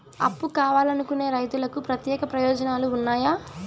అప్పు కావాలనుకునే రైతులకు ప్రత్యేక ప్రయోజనాలు ఉన్నాయా?